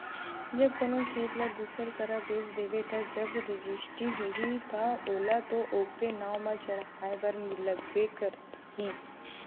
जब कोनो खेत ल दूसर करा बेच देबे ता जब रजिस्टी होही ता ओला तो ओखर नांव म चड़हाय बर लगबे करही